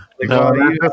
No